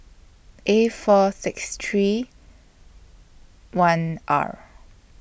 A four six three one R